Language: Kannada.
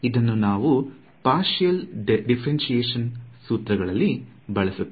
ಇದನ್ನು ನಾವು ಪಾರ್ಷಿಯಲ್ ಡಿಫ್ರೆಂಷಿಯೇಶನ್ ಸೂತ್ರಗಳಲ್ಲಿ ಬಳಸಲಿದ್ದೇವೆ